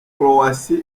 croatia